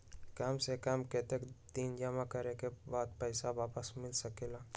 काम से कम कतेक दिन जमा करें के बाद पैसा वापस मिल सकेला?